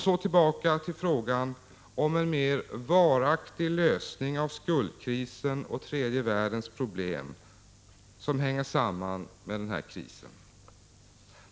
Så tillbaka till frågan om en mer varaktig lösning av skuldkrisen och tredje världens problem, som hänger samman med denna kris.